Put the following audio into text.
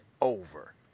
over